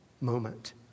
moment